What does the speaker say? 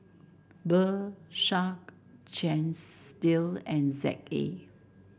Bershka Chesdale and Z A